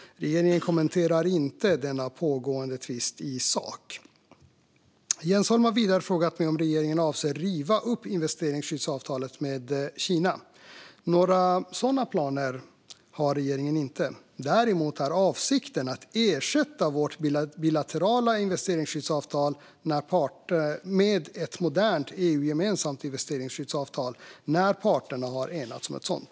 Regeringen kommenterar inte denna pågående tvist i sak. Jens Holm har vidare frågat mig om regeringen avser att riva upp investeringsskyddsavtalet med Kina. Några sådana planer har inte regeringen. Däremot är avsikten att ersätta vårt bilaterala investeringsskyddsavtal med ett modernt EU-gemensamt investeringsskyddsavtal när parterna har enats om ett sådant.